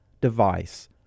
device